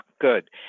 good